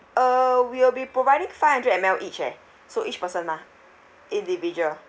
uh we'll be providing five hundred M_L each eh so each person lah individual